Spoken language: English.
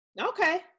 Okay